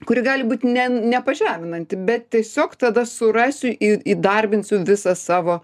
kuri gali būt ne ne pažeminanti bet tiesiog tada surasiu į įdarbinsiu visą savo